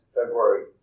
February